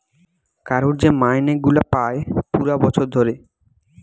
কারুর যে মাইনে গুলা পায় পুরা বছর ধরে